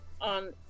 on